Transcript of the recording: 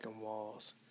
walls